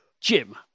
Jim